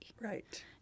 Right